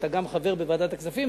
אתה גם חבר בוועדת הכספים,